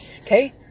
Okay